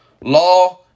law